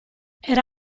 era